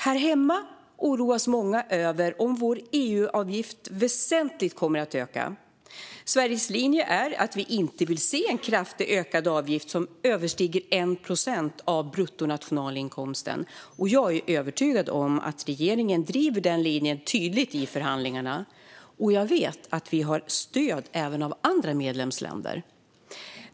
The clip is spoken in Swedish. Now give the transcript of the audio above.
Här hemma oroas många över om vår EU-avgift väsentligt kommer att öka. Sveriges linje är att vi inte vill se en kraftigt ökad avgift som överstiger 1 procent av bruttonationalinkomsten. Jag är övertygad om att regeringen driver den linjen tydligt i förhandlingarna, och jag vet att Sverige har stöd även av andra medlemsländer.